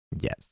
Yes